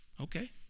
Okay